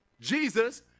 Jesus